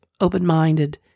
open-minded